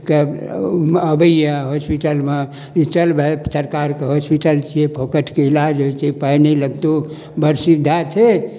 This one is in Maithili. के अबैय हॉस्पिटलमे जे चल भाइ सरकारके हॉस्पिटल छियै फोकटके इलाज होइ छै पाइ नहि लगतौ बड़ सुविधा छै